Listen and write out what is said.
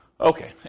Okay